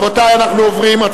רבותי, אנחנו עוברים.